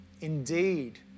indeed